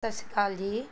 ਸਤਿ ਸ਼੍ਰੀ ਅਕਾਲ ਜੀ